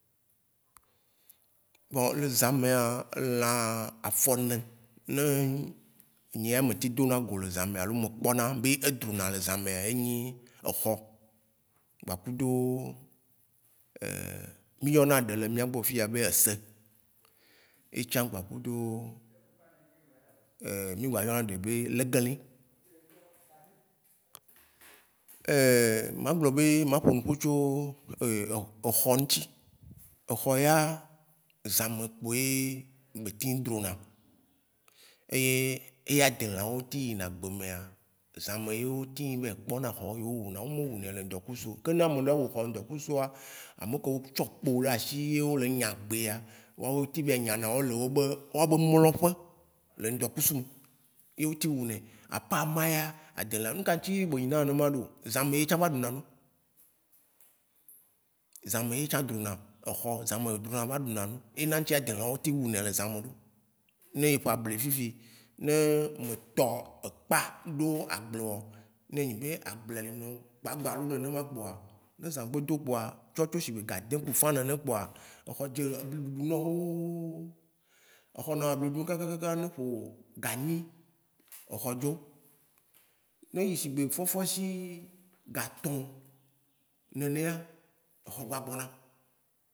Bon, le zãmea, elã afɔ ne, ne nyea me teŋ dona go le zãme alo me kpɔna be e drona le zãmea ye nyi, exɔ, gbakudo mi yɔna ɖe le miagbɔ fiyea be ese, etsã gbakudo, mi gba yɔna ɖe be legeli. ma glɔ̃ be ma ƒonuƒɔ tso exɔ ŋ'tsi. exɔ ya, zãme kpoe be teŋ drona. Eye ye adelawo teŋ yina gbemea zãmɛa, zãme ye wo teŋ va yi kpɔny xɔ ye wo wuna. O me wune le ŋdɔkusuo. ke ne ameɖe a wu xɔ ŋdɔkusua, amekewo tsɔ kpo ɖa asi, ye wo le nya gbea, woawo teŋ va yi nyanawo le wobe woabe mlɔƒe le ŋdɔkusu me. Ye o teŋ wunɛ. a par ma ya, aɖelã, nuka ŋ'tsi be nyina nene ma ɖo? Zãme ye etsã va ɖuna nu. zãme ye etsã dzona. exɔ, zãme etsã drona va ɖuna nu. Ewa ŋ'tsi adelawo teŋ wunɛ le zãme ɖo. Ne eċ bli fifi, ne me tsɔ ekpa ɖo aglewoa, ne enyi be agblea le nawo gbagbalo nenema koa, ne zã gbe do koa, tsɔtso sigbe ga adĩ ku afã mawo kpoa, exɔ dze ebli ɖuɖu nawo xoxoxoxoo, exɔ nɔna bli ɖu kakakaka ne eƒo ga nyi, exɔ dzo. Ne yi shigbe fɔ̃fɔ̃si ga tɔ nenea, exɔ gba gbɔna.